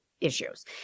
issues